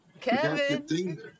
Kevin